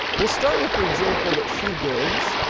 we'll start with the example that she gives.